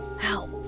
Help